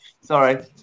sorry